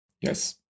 Yes